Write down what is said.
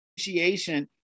appreciation